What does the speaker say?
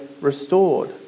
restored